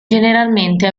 generalmente